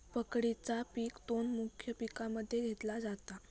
पकडीचा पिक दोन मुख्य पिकांमध्ये घेतला जाता